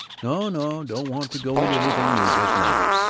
no, no, don't want to go into anything new just now.